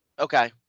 Okay